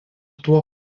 tuo